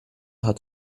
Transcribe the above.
hat